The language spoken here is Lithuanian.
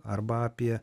arba apie